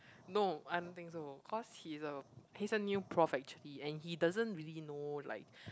no I don't think so cause he's a he's a new prof actually and he doesn't really know like